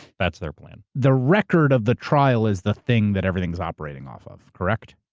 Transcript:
that's their plan. the record of the trial is the thing that everything's operating off of, correct?